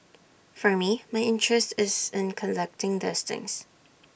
for me my interest is in collecting these things